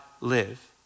live